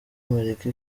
amerika